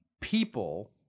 people